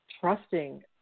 trusting